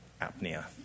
apnea